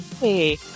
Hey